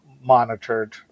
monitored